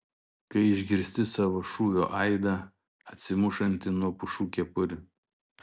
kai išgirsti savo šūvio aidą atsimušantį nuo pušų kepurių